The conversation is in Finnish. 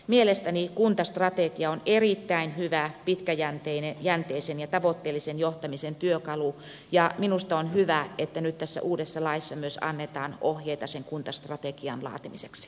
mielestäni kuntastrategia on erittäin hyvä pitkäjänteisen ja tavoitteellisen johtamisen työkalu ja minusta on hyvä että nyt tässä uudessa laissa myös annetaan ohjeita sen kuntastrategian laatimiseksi